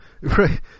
Right